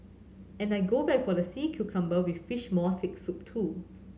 and I'll go back for the sea cucumber with fish maw thick soup too